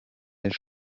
ejo